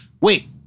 wait